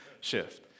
shift